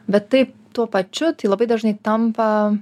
bet tai tuo pačiu tai labai dažnai tampa